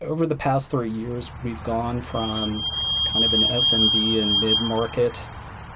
over the past three years, we've gone from kind of an s and p and midmarket